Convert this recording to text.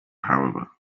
however